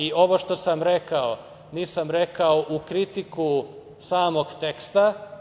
I ovo što sam rekao nisam rekao u kritiku samog teksta.